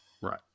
right